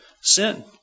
Sin